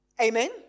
Amen